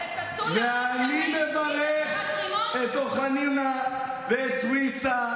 ואני מברך את חנונה ואת סוויסה,